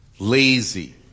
lazy